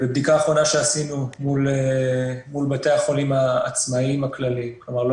בבדיקה האחרונה שעשינו מול בתי החולים העצמאיים באופן כללי כלומר,